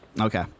Okay